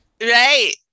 Right